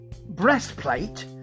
breastplate